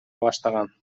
баштаган